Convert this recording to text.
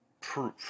proof